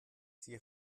sie